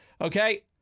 okay